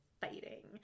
fighting